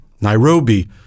Nairobi